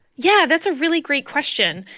yeah, that's a really great question.